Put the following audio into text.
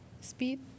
speed